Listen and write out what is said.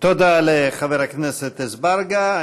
תודה לחבר הכנסת אזברגה.